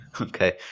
Okay